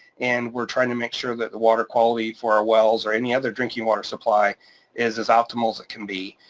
and we're trying to make sure that the water quality for our wells or any other drinking water supply is as optimal as it can be.